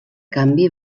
canvi